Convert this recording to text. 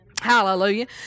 hallelujah